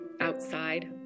outside